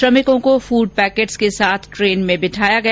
श्रमिकों को food packets के साथ ट्रेन में बिठाया गया